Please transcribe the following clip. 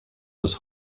aus